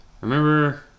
remember